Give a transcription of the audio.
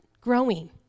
growing